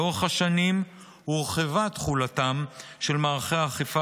לאורך השנים הורחבה תחולתם של מערכי האכיפה